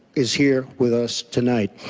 is here with us tonight.